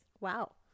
wow